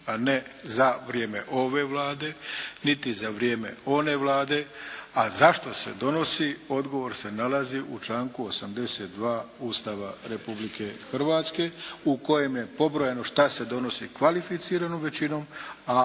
a ne za vrijeme ove Vlade niti za vrijeme one Vlade. A zašto se donosi odgovor se nalazi u članku 82. Ustava Republike Hrvatske, u kojem je pobrojano šta se donosi kvalificiranom većinom,